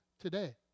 today